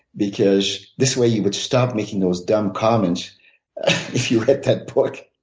because this way, you would stop making those dumb comments if you read that book.